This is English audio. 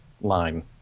line